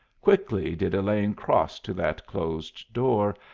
quickly did elaine cross to that closed door,